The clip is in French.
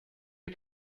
est